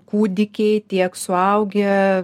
kūdikiai tiek suaugę